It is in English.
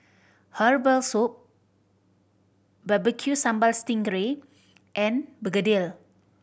herbal soup Barbecue Sambal sting ray and begedil